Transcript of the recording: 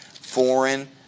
foreign